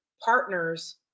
partners